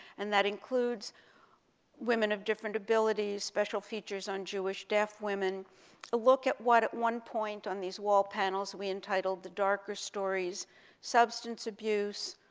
and that includes women of different abilities, special features on jewish deaf women, a look at what on one point on these wall panels we entitled the darker stories substance abuse,